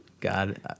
God